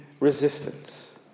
Resistance